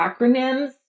acronyms